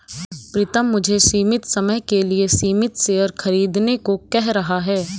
प्रितम मुझे सीमित समय के लिए सीमित शेयर खरीदने को कह रहा हैं